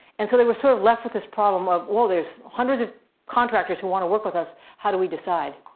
and so they were sort of left with this problem of well, there's hundreds of contractors who want to work with us. how do we decide?